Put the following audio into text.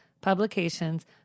publications